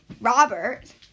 Robert